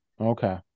Okay